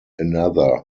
another